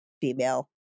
female